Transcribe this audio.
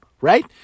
right